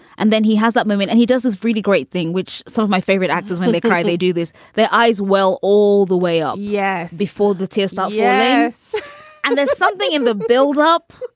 and then he has that moment and he does this really great thing, which some of my favorite actors, when they cry, they do this their eyes. well, all the way up. yes. before the tears start. yes and there's something in the build up.